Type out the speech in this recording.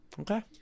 Okay